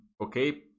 okay